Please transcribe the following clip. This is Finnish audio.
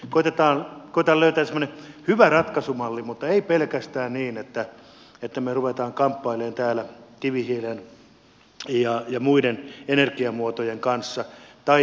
koetetaan löytää semmoinen hyvä ratkaisumalli mutta ei pelkästään niin että me rupeamme kamppailemaan täällä kivihiilestä ja muista energiamuodoista